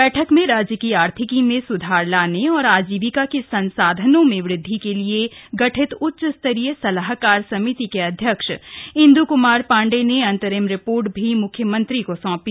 बैठक में राज्य की आर्थिकी में सुधार लाने और आजीविका के संसाधनों में वृदधि के लिये गठित उच्च स्तरीय सलाहकार समिति के अध्यक्ष इंद् क्मार पाण्डे ने अन्तरिम रिपोर्ट भी म्ख्यमंत्री को सौंपी